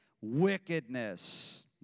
wickedness